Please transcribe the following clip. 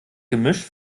gemisch